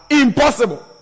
Impossible